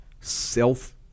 self